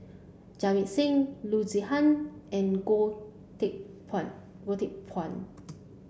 Jamit Singh Loo Zihan and Goh Teck Phuan Goh Teck Phuan